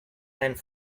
and